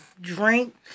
drink